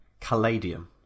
Caladium